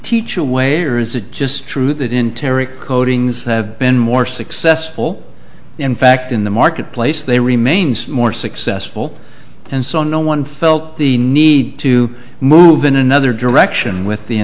teach a way or is it just true that in terry coatings have been more successful in fact in the marketplace they remains more successful and so no one felt the need to move in another direction with the